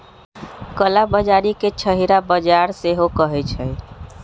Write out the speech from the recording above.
कला बजारी के छहिरा बजार सेहो कहइ छइ